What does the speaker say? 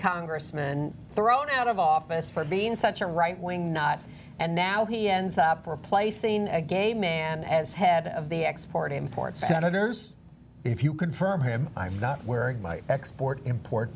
congressman thrown out of office for being such a right wing not and now he ends up replacing a gay man as head of the export import senators if you confirm him i'm not wearing my export import